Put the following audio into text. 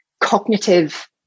cognitive